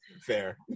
fair